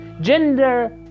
Gender